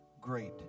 great